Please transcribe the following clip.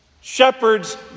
Shepherds